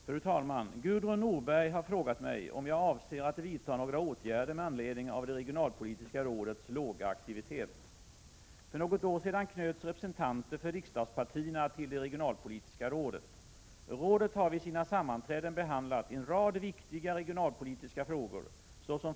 Fru talman! Gudrun Norberg har frågat mig om jag avser att vidta några åtgärder med anledning av det regionalpolitiska rådets låga aktivitet. För något år sedan knöts representanter för riksdagspartierna till det regionalpolitiska rådet. Rådet har vid sina sammanträden behandlat en rad viktiga regionalpolitiska frågor.